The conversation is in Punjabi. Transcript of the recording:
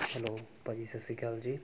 ਹੈਲੋ ਭਾਅ ਜੀ ਸਤਿ ਸ੍ਰੀ ਅਕਾਲ ਜੀ